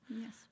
Yes